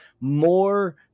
more